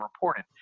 reported